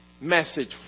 message